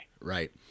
Right